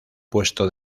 puesto